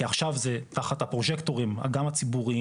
כי עכשיו זה תחת הפרוז'קטורים גם הציבוריים,